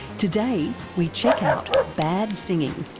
today, we check out bad singing.